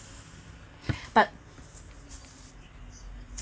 but